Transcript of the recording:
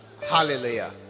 hallelujah